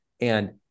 And-